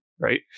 Right